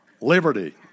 Liberty